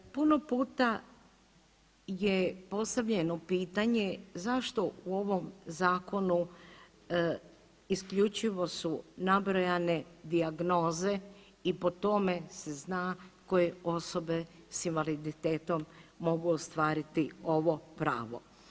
Puno puta je postavljeno pitanje zašto u ovom zakonu isključivo su nabrojane dijagnoze i po tome se zna koje osobe s invaliditetom mogu ostvariti ovo pravo.